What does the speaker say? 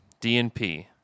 dnp